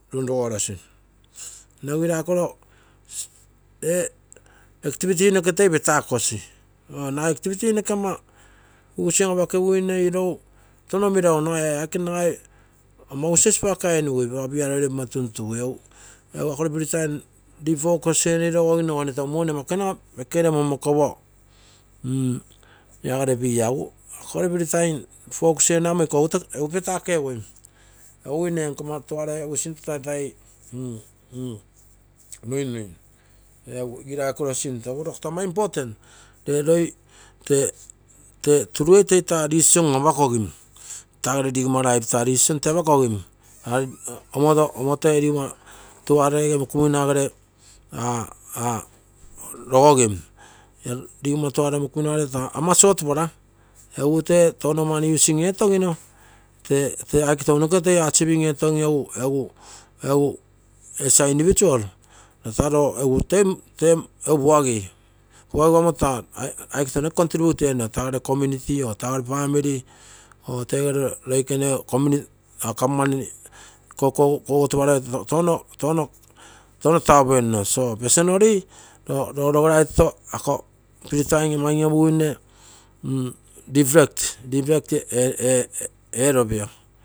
Nne egu igirai koro ee activity noke toi petakasi, nagai activity noke tono meragu egu defocus enino agino oo me tasu money amai ekenua okegere monmokopo lagere beer egu lager free time focus enino iko amo egu petakegui ogigui nne la nkomma tuare egu sinto toi nuinui egu igirai koro sinto. egu ako taa ama important ree roi turugeitu toi taa decision toi apakogim, tagere rigomma life taa decision toi apakogim. omoto ee rigomma tuare ese mukumina gere nogogim. la rigomma tuare ege mokuminagere taa ama shortpie egu tee tono mani using etogino taa aike tounoke toi achieving etogino agu as a individual tata roo egutoi puasi, roo ta aike tounoke contribute enino toigere community tagere family or tegere loikene government koguotoparoi touno tapuenno, so personally roo rogoiaito ako free time mani reguine roo reflect enigui